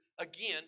again